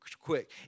quick